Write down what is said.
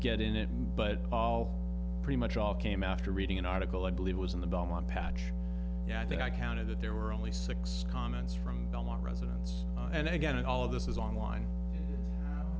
get in it and but pretty much all came after reading an article i believe was in the belmont patch i think i counted that there were only six comments from belmont residents and again and all of this is online ye